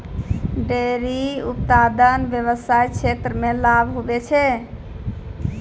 dairy उप्तादन व्याबसाय क्षेत्र मे लाभ हुवै छै